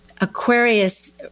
Aquarius